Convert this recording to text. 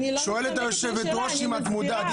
שואלת היו"ר אם את מודעת?